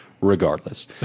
regardless